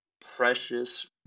precious